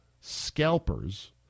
scalpers